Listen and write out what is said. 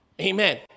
Amen